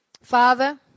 Father